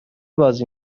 بازی